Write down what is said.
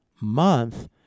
month